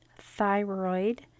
thyroid